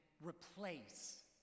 replace